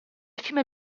fiume